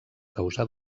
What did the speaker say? causar